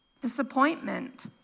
disappointment